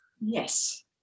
Yes